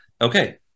okay